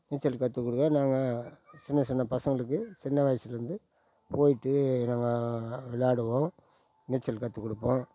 நீச்சல் கற்று கொடுக்க நாங்கள் சின்ன சின்ன பசங்களுக்கு சின்ன வயசுலேருந்து போய்ட்டு நாங்கள் விளாடுவோம் நீச்சல் கற்று கொடுப்போம்